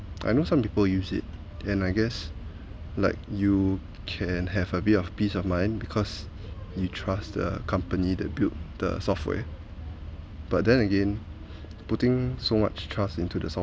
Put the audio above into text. I know some people use it and I guess like you can have a bit of peace of mind because you trust the company that built the software but then again putting so much trust into the software